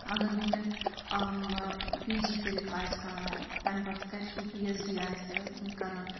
اگر وٕنۍکٮ۪ن P G کٔرِتھ آسہِ کانٛہہ تَمہِ پَتہٕ کَرِ سُہ پی اٮ۪چ ڈی آسہِ کَران